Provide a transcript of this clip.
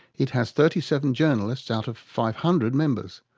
it has thirty seven journalists out of five hundred members.